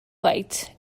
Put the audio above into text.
light